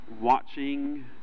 watching